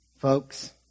Folks